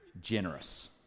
generous